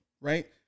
right